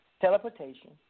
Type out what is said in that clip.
teleportation